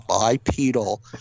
bipedal